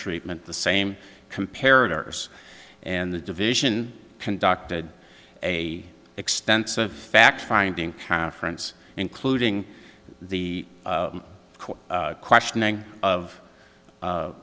treatment the same compared to ours and the division conducted a extensive fact finding conference including the questioning of